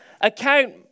account